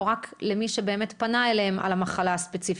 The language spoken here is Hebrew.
או רק למי שבאמת פנה אליהן לגבי המחלה הספציפית.